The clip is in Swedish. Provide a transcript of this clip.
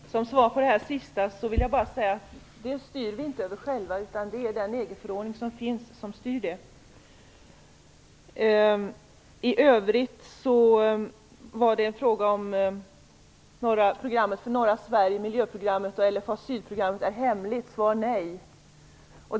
Fru talman! Som svar på det sista vill jag säga att vi inte styr över detta själva. Det är den EG förordning som finns som styr detta. Maggi Mikaelsson undrade om miljöprogrammet för Norra Sverige och LFA syd är hemligt. Svaret är nej.